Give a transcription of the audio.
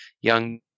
young